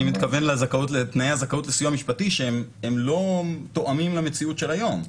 אני מתכוון לתנאי הזכאות לסיוע משפטי שהם לא תואמים למציאות של היום.